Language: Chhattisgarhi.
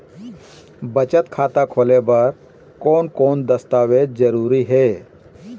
बचत खाता खोले बर कोन कोन दस्तावेज जरूरी हे?